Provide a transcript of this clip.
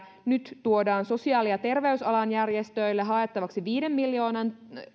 nyt tuodaan sosiaali ja terveysalan järjestöille haettavaksi viiden miljoonan